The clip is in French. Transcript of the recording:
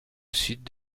sud